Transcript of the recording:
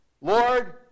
Lord